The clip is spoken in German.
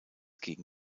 gegen